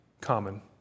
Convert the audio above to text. common